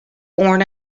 born